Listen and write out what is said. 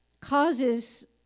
causes